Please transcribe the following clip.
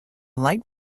light